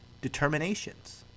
determinations